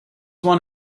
one